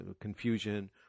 confusion